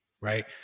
Right